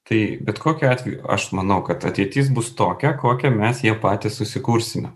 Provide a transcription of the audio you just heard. tai bet kokiu atveju aš manau kad ateitis bus tokia kokią mes ją patys susikursime